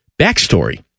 Backstory